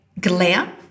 glare